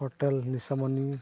ᱱᱤᱥᱟᱹ ᱢᱚᱱᱤ